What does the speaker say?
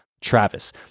Travis